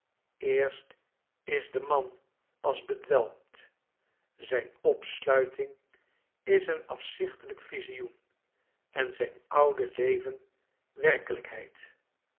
eerst is de man alsbedwelmd zijn opsluiting is een afzichtelijk visioen en zijn oude leven werkelijkheid